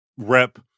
rep